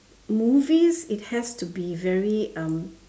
movies it has to be very um